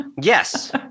Yes